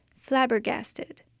flabbergasted